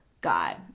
God